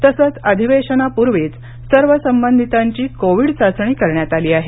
तसंच अधिवेशनापूर्वीच सर्व संबंधितांची कोविड चाचणी करण्यात आली आहे